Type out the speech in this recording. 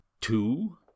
two